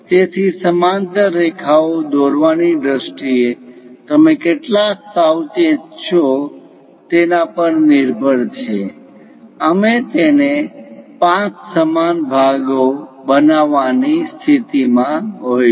તેથી આ સમાંતર રેખા ઓ દોરવાની દ્રષ્ટિએ તમે કેટલા સાવચેત છો તેના પર નિર્ભર છે અમે તેને 5 સમાન ભાગો બનાવવાની સ્થિતિમાં હોઈશું